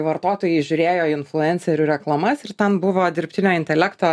vartotojai žiūrėjo influencerių reklamas ir ten buvo dirbtinio intelekto